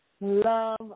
Love